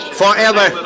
forever